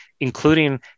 including